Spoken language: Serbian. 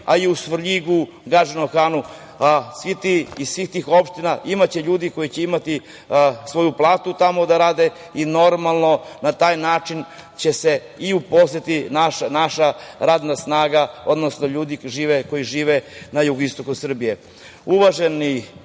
a i u Svrljigu, Gadžinom Hanu. Iz svih tih opština biće ljudi koji će imati svoju platu tamo da rade i normalno na taj način će se i uposliti naša radna snaga, odnosno ljudi koji žive na jugoistoku Srbije. Uvažene